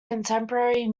contemporary